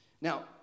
Now